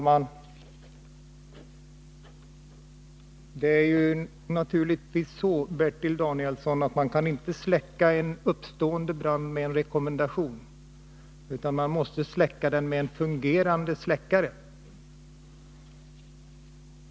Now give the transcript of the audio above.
Fru talman! Man kaniinte, Bertil Danielsson, släcka en uppkommen brand med en rekommendation. Man måste släcka den med en fungerande brandsläckare.